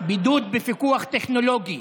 בידוד בפיקוח טכנולוגי.